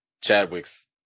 Chadwick's